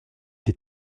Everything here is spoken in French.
des